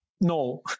No